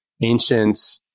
ancient